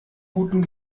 guten